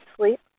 sleep